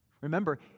Remember